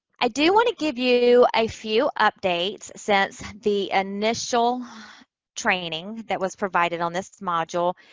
i do want to give you a few updates since the initial training that was provided on this module.